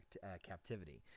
captivity